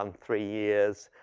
um three years.